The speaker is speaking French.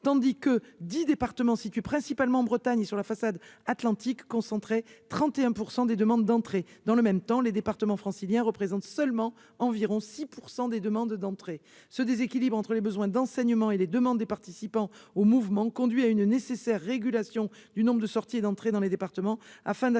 tandis que dix départements situés principalement en Bretagne et sur la façade atlantique concentraient 31 % des demandes d'entrée. Dans le même temps, les départements franciliens représentent seulement environ 6 % des demandes d'entrée. Ce déséquilibre entre les besoins d'enseignement et les demandes des participants au mouvement conduit à une nécessaire régulation du nombre de sorties et d'entrées dans les départements